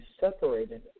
separated